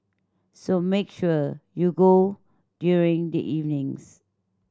so make sure you go during the evenings